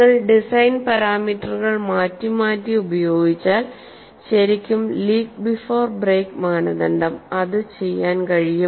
നിങ്ങൾ ഡിസൈൻ പാരാമീറ്ററുകൾ മാറ്റി മാറ്റി ഉപയോഗിച്ചാൽ ശരിക്കും ലീക്ക് ബിഫോർ ബ്രേക്ക് മാനദണ്ഡം അത് ചെയ്യാൻ കഴിയും